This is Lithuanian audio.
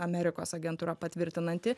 amerikos agentūra patvirtinanti